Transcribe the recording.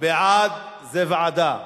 בעד זה ועדה.